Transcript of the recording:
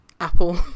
Apple